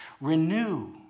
renew